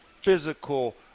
physical